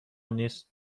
نیست